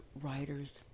writer's